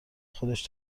خودش